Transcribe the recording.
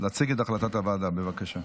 להציג את החלטת הוועדה, בבקשה.